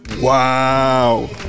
Wow